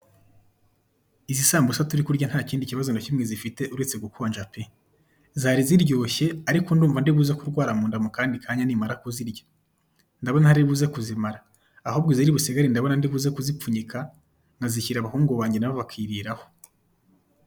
Izi sambusa turi kurya ntakindi kibazo na kimwe zifite uretse kuba zikonje pe, zari ziryoshye ariko ndumva ndibuze kurwara mu nda mukandi kanya nimara kuzirya, ndabona ntaribuze kuzimara, ahubwo iziri busigare ndabona ndibuze kuzipfunyika nkazishira abahungu banjye nabo bakiriraho.